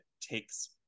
takes